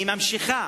היא ממשיכה